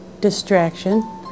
distraction